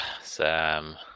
Sam